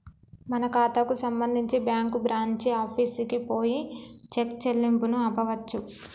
మన ఖాతాకు సంబంధించి బ్యాంకు బ్రాంచి ఆఫీసుకు పోయి చెక్ చెల్లింపును ఆపవచ్చు